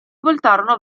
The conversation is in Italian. voltarono